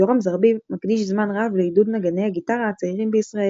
יורם זרביב מקדיש זמן רב לעידוד נגני הגיטרה הצעירים בישראל